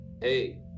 hey